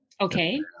okay